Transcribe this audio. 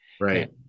Right